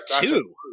two